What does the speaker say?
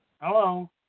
Hello